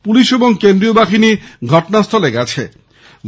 police ও কেন্দ্রীয় বাহিনী ঘটনাস্হলে পৌঁছেছে